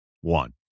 one